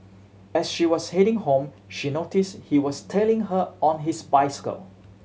as she was heading home she noticed he was tailing her on his bicycle